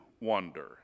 wonder